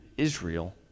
Israel